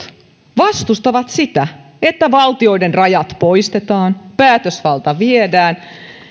vastustavat sitä että valtioiden rajat poistetaan päätösvalta viedään